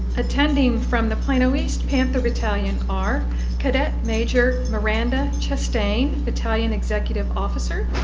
attending from the plano east panther battalion are cadet major miranda chastain, battalion executive officer